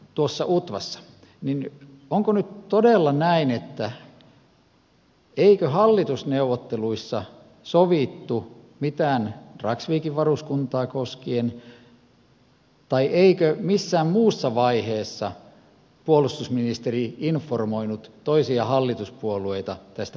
harhaanjohdetuiksi utvassa niin onko nyt todella näin että hallitusneuvotteluissa ei sovittu mitään dragsvikin varuskuntaa koskien tai missään muussa vaiheessa puolustusministeri ei informoinut toisia hallituspuolueita poliittisesta ohjauksesta